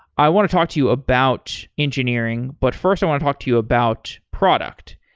i want to talk to you about engineering, but first i want to talk to you about product.